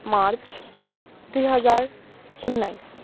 March दुई हजार उन्नाइस